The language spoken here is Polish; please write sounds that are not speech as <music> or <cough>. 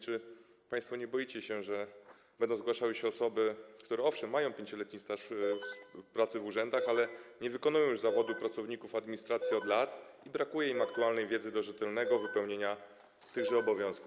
Czy państwo nie boicie się, że będą zgłaszały się osoby, które owszem mają 5-letni staż pracy w urzędach, <noise> ale nie wykonują już zawodu pracowników administracji od lat i brakuje im aktualnej wiedzy do rzetelnego wypełnienia tychże obowiązków?